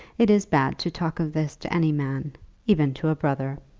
it is bad to talk of this to any man even to a brother.